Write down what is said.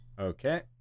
Okay